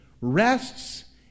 rests